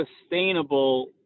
sustainable